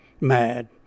Mad